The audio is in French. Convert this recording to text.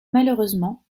malheureusement